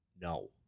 no